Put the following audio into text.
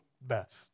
best